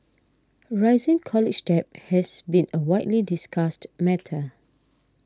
rising college debt has been a widely discussed matter